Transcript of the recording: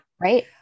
right